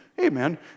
Amen